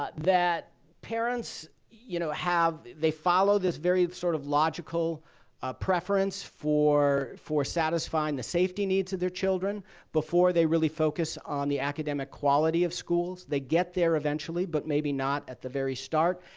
ah that parents, you know, have they follow this very sort of logical preference for for satisfying the safety needs of their children before they really focus on the academic quality of schools. they get there eventually, but maybe not at the very start.